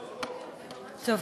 טוב,